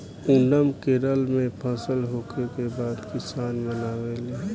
ओनम केरल में फसल होखे के बाद किसान मनावेले